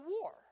war